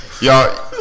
y'all